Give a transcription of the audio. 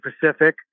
Pacific